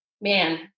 man